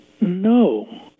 no